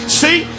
see